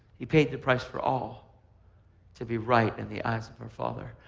he paid the price for all to be right in the eyes of our father.